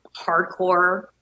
hardcore